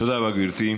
תודה רבה, גברתי.